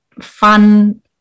fun